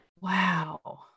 Wow